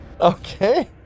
Okay